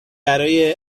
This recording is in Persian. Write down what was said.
برای